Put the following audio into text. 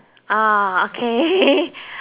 ah okay